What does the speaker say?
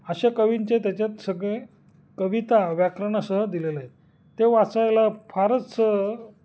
अशा कवींचे त्याच्यात सगळे कविता व्याकरणासह दिलेलं आहे ते वाचायला फारच